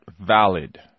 valid